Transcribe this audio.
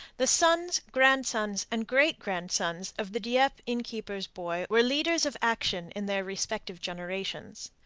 the sons, grandsons, and great-grandsons of the dieppe innkeeper's boy were leaders of action in their respective generations.